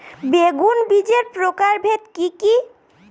বেগুন বীজের প্রকারভেদ কি কী?